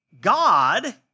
God